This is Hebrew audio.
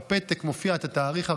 בפתק מופיע התאריך הראשון,